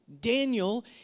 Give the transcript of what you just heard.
Daniel